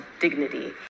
dignity